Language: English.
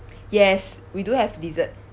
yes we do have dessert